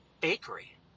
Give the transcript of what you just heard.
bakery